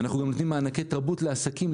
אנחנו גם נותנים מענקי תרבות לעסקים,